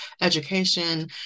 education